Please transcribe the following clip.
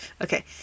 Okay